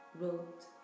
wrote